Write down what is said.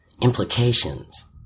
implications